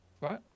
right